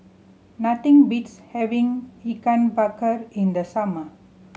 nothing beats having Ikan Bakar in the summer